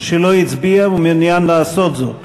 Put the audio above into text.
שלא הצביע ומעוניין לעשות זאת?